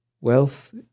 wealth